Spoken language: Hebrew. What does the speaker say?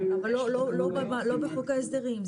לא בחוק ההסדרים.